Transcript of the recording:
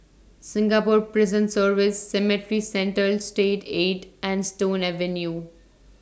Singapore Prison Service Cemetry Central State eight and Stone Avenue